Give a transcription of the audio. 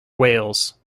wales